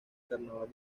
carnaval